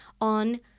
on